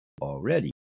already